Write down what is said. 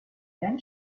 then